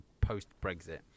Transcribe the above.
post-Brexit